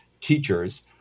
teachers